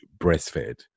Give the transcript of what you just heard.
breastfed